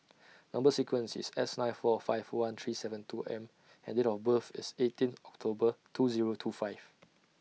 Number sequence IS S nine four five one three seven two M and Date of birth IS eighteenth October two Zero two five